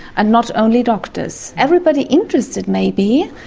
and not only doctors, everybody interested maybe.